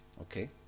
Okay